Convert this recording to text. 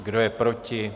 Kdo je proti?